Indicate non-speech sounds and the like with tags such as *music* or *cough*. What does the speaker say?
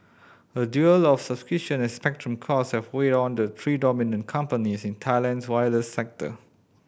a duel *unintelligible* and spectrum cost have weighed on the three dominant companies in Thailand's wireless sector